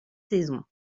saison